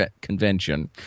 convention